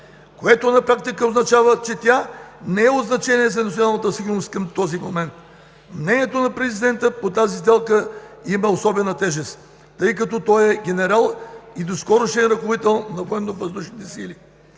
което на практика означава, че тя не е от значение за националната сигурност към този момент. Мнението на президента по тази сделка има особена тежест, тъй като той е генерал и доскорошен ръководител на